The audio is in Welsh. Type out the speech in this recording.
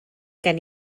gen